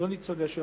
לא ניצולי השואה,